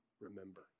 remember